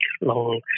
long